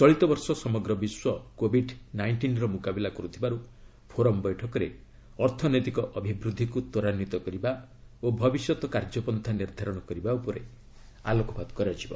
ଚଳିତବର୍ଷ ସମଗ୍ର ବିଶ୍ୱ କୋଭିଡ ନାଇଷ୍ଟିନ୍ର ମୁକାବିଲା କରୁଥିବାରୁ ଫୋରମ୍ ବୈଠକରେ ଅର୍ଥନୈତିକ ଅଭିବୃଦ୍ଧିକୁ ତ୍ୱରାନ୍ୱିତ କରିବା ଓ ଭବିଷ୍ୟତ କାର୍ଯ୍ୟପନ୍ତା ନିର୍ଦ୍ଧାରଣ କରିବା ଉପରେ ଆଲୋକପାତ କରାଯିବ